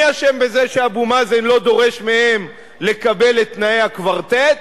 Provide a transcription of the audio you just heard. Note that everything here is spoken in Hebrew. מי אשם בזה שאבו מאזן לא דורש מהם לקבל את תנאי הקוורטט?